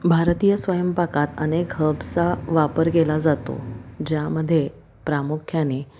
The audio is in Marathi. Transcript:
भारतीय स्वयंपाकात अनेक हर्ब्सचा वापर केला जातो ज्यामध्ये प्रामुख्याने